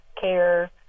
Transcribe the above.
care